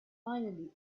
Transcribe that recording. finally